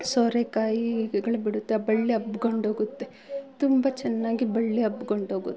ಸೋರೆಕಾಯಿ ಗಿಡಗಳು ಬಿಡುತ್ತೆ ಬಳ್ಳಿ ಹಬ್ಕೊಂಡೋಗುತ್ತೆ ತುಂಬ ಚೆನ್ನಾಗಿ ಬಳ್ಳಿ ಹಬ್ಕೊಂಡೋಗುತ್ತೆ